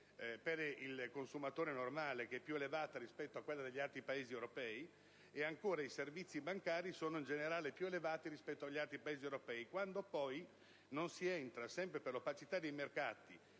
per il consumatore normale più elevata di quella degli altri Paesi europei; inoltre, i servizi bancari sono in generale più elevati rispetto a quelli degli altri Paesi europei quando poi non si entra, sempre per l'opacità dei mercati